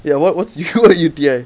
ya what what's U U_T_I